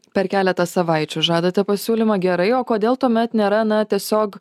per keletą savaičių žadate pasiūlymą gerai o kodėl tuomet nėra na tiesiog